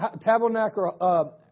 Tabernacle